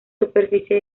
superficie